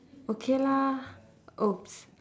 okay lah !oops!